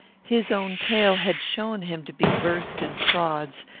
his own tale had shown him to be versed in frauds,